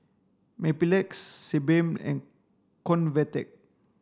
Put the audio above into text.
Mepilex Sebamed and Convatec